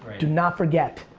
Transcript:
do not forget.